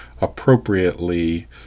appropriately